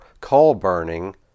coal-burning